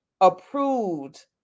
approved